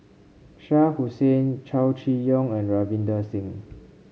Shah Hussain Chow Chee Yong and Ravinder Singh